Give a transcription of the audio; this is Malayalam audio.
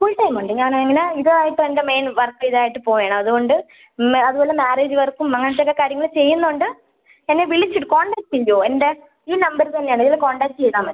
ഫുൾടൈമുണ്ട് ഞാൻ അങ്ങനെ ഇതുമായിട്ട് എൻ്റെ മെയിൻ വർക്ക് ഇതായിട്ട് പോവുകയാണ് അതുകൊണ്ട് അത് പോലെ മാര്യേജ് വർക്കും അങ്ങനത്ത ഒക്കെ കാര്യങ്ങള് ചെയ്യുന്നതുകൊണ്ട് എന്നെ വിളിച്ചിട്ട് കോൺടാക്ട് ഉണ്ടോ എൻ്റെ ഈ നമ്പര് തന്നെ ആണ് ഇതില് കോൺടാക്ട് ചെയ്താല്മതി